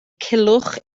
culhwch